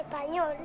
Español